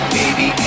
baby